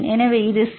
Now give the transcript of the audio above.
எனவே இது சி